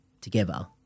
together